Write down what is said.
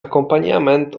akompaniament